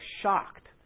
shocked